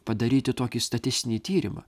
padaryti tokį statistinį tyrimą